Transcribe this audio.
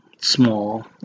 small